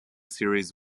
series